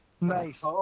nice